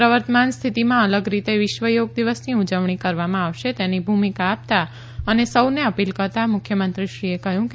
પ્રવર્તમાન સ્થિતિમાં અલગ રીતે વિશ્વ યોગ દિવસની ઉજવણી કરવામાં આવશે તેની ભૂમિકા આપતા અને સૌને અપીલ કરતાં મુખ્યમંત્રીશ્રીએ કહ્યું કે